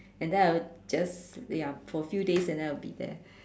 and then I'll just ya for a few days and then I'll be there